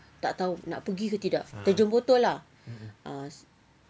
tak tahu nak pergi ke tidak terjun botol ah